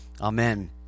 Amen